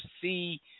see